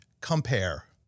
compare